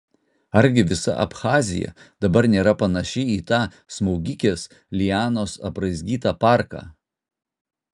argi visa abchazija dabar nėra panaši į tą smaugikės lianos apraizgytą parką